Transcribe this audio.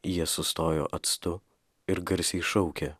jie sustojo atstu ir garsiai šaukė